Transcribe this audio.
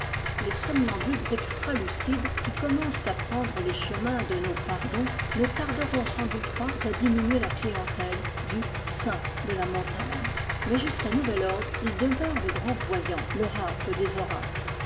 les somnambules extralucides qui commencent à pren dre les chemins de nos pardons ne tarderont sans doute pas à diminuer la clientèle du saint de la monta gne mais jusqu'à nouvel ordre il demeure le grand voyant l'oracle des oracles